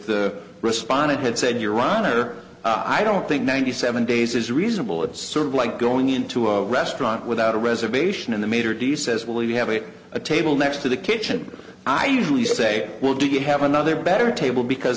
the respondent had said your honor i don't think ninety seven days is reasonable it's sort of like going into a restaurant without a reservation and the maitre d says well you have it a table next to the kitchen i usually say well do you have another better table because